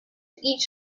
each